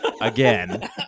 again